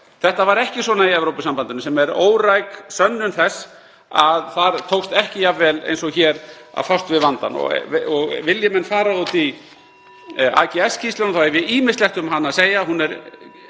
Þetta var ekki þannig í Evrópusambandinu sem er óræk sönnun þess að þar tókst ekki jafn vel og hér að fást við vandann. Vilji menn fara út í AGS-skýrsluna þá hef ég ýmislegt um hana að segja. Hún